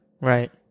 Right